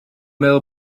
meddwl